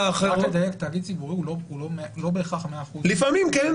תאגיד ציבורי הוא לא בהכרח 100% --- לפעמים כן.